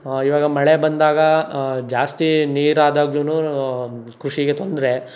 ಇವಾಗ ಮಳೆ ಬಂದಾಗ ಜಾಸ್ತಿ ನೀರು ಆದಾಗ್ಲು ಕೃಷಿಗೆ ತೊಂದರೆ